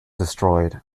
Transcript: destroyed